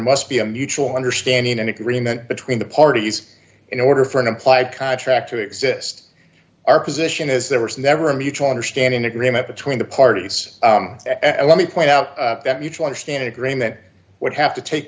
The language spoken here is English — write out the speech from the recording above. must be a mutual understanding and agreement between the parties in order for an implied contract to exist our position is there was never a mutual understanding agreement between the parties and let me point out that mutual understanding agreement would have to take